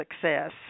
success